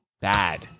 bad